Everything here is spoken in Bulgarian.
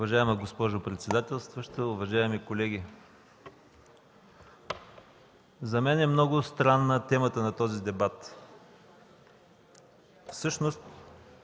Уважаема госпожо председателстваща, уважаеми колеги, за мен е много странна темата на този дебат. Всъщност